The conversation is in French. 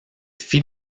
fit